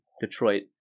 Detroit